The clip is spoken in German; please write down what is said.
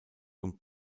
und